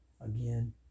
again